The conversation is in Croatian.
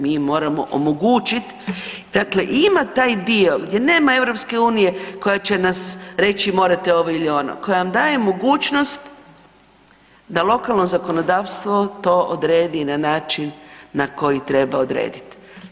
Mi im moramo omogućiti, dakle ima taj dio gdje nema EU koja će nas reći morate ovo ili ono, koja nam daje mogućnost da lokalno zakonodavstvo to odredi na način na koji treba odrediti.